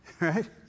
Right